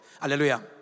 Hallelujah